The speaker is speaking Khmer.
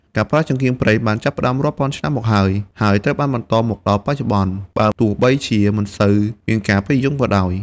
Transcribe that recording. ការប្រើចង្កៀងប្រេងបានចាប់ផ្តើមរាប់ពាន់ឆ្នាំមកហើយ ហើយត្រូវបានបន្តមកដល់បច្ចុប្បន្នបើទោះបីជាមិនសូវមានការពេញនិយមក៏ដោយ។